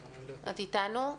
נמצאת איתנו?